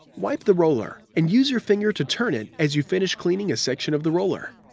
wipe the roller and use your finger to turn it as you finish cleaning a section of the roller.